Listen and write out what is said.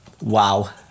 wow